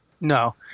No